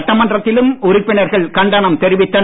சட்டமன்றத்திலும் உறுப்பினர்கள் கண்டனம் தெரிவித்தனர்